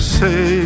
say